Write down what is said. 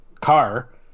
car